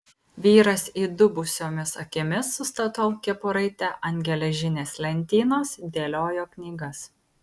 vyras įdubusiomis akimis su statoil kepuraite ant geležinės lentynos dėliojo knygas